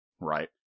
right